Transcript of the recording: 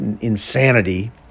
insanity